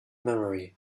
memory